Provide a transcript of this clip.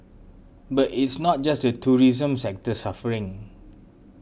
but it's not just the tourism sector suffering